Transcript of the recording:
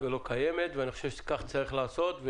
אני חושב שכך צריך לעשות.